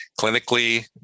clinically